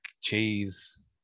cheese